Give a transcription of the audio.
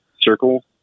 circle